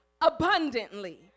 abundantly